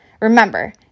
Remember